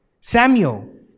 Samuel